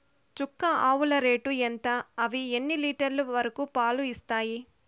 చుక్క ఆవుల రేటు ఎంత? అవి ఎన్ని లీటర్లు వరకు పాలు ఇస్తాయి?